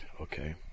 okay